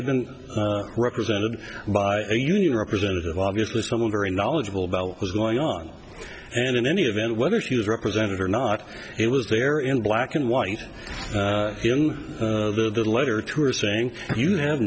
had been represented by a union representative obviously someone very knowledgeable about what was going on and in any event whether she was represented or not it was there in black and white in the letter to her saying you have